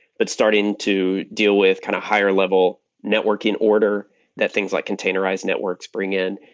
but starting to deal with kind of higher level networking order that things like containerized networks bring in,